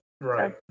right